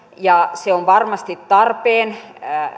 ja se on varmasti tarpeen